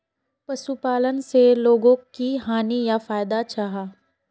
पशुपालन से लोगोक की हानि या फायदा जाहा?